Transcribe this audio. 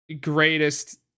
greatest